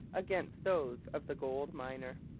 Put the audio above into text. against those of the gold miner.